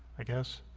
i guess